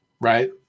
right